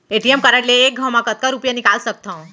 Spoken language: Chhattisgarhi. ए.टी.एम कारड ले एक घव म कतका रुपिया निकाल सकथव?